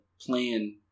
plan